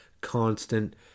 constant